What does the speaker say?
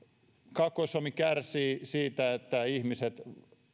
kaakkois suomi kärsii siitä että ihmiset